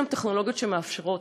יש היום טכנולוגיות שמאפשרות,